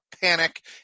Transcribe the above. panic